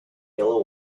yellow